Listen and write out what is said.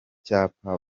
cyapa